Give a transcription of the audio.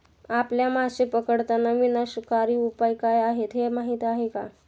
आपल्या मासे पकडताना विनाशकारी उपाय काय आहेत हे माहीत आहे का?